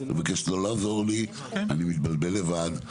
אני מבקש לא לעזור לי, אני מתבלבל לבד.